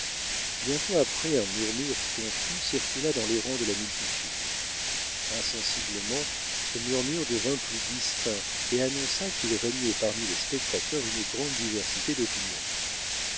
bientôt après un murmure confus circula dans les rangs de la multitude insensiblement ce murmure devint plus distinct et annonça qu'il régnait parmi les spectateurs une grande diversité d'opinions